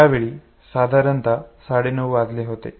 त्यावेळी साधारणता साडे नऊ वाजले होते